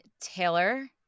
Taylor